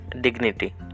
dignity